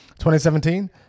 2017